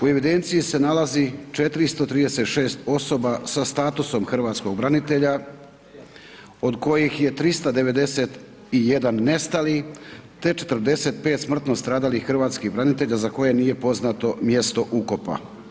U evidenciji se nalazi 436 osoba sa statusom hrvatskog branitelja od koji he 391 nestali te 45 smrtno stradalih hrvatskih branitelja za koje nije poznato mjesto ukopa.